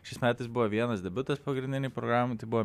šiais metais buvo vienas debiutas pagrindinėj programoj tai buvo